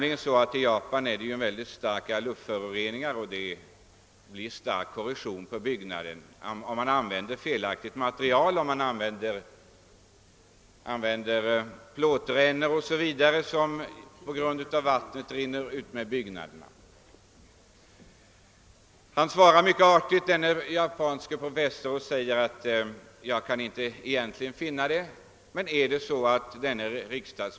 I Japan är det ju mycket starka luftföroreningar, och det blir kraftig korrosion på byggnaderna, om man använder felaktigt material, om man har plåtrännor och vattnet rinner utmed väggarna uppstår missfärgning. Men den japanske professorn svarar alltså mycket artigt och säger att han egentligen inte kan finna några sådana här skador.